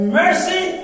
mercy